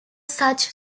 such